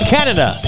Canada